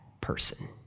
person